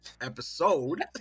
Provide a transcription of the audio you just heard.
episode